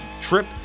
trip